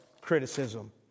criticism